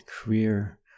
career